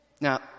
Now